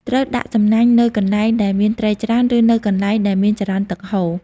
ត្រូវដាក់សំណាញ់នៅកន្លែងដែលមានត្រីច្រើន ឬនៅកន្លែងដែលមានចរន្តទឹកហូរ។